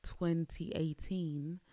2018